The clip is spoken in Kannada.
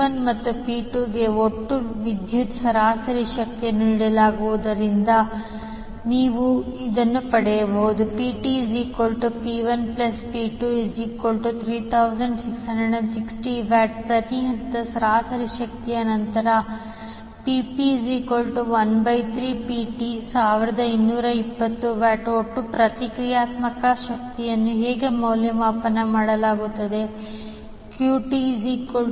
𝑃1 ಮತ್ತು 𝑃2 ಗೆ ಒಟ್ಟು ವಿದ್ಯುತ್ ಸರಾಸರಿ ಶಕ್ತಿಯನ್ನು ನೀಡಲಾಗಿರುವುದರಿಂದ ನೀವು ಪಡೆಯುತ್ತೀರಿ PTP1P23660W ಪ್ರತಿ ಹಂತದ ಸರಾಸರಿ ಶಕ್ತಿ ನಂತರ PP13PT1220W ಒಟ್ಟು ಪ್ರತಿಕ್ರಿಯಾತ್ಮಕ ಶಕ್ತಿಯನ್ನು ಹೀಗೆ ಮೌಲ್ಯಮಾಪನ ಮಾಡಲಾಗುತ್ತದೆ QT3935